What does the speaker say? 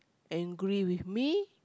angry with me